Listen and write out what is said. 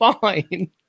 fine